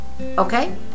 okay